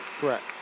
Correct